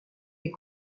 est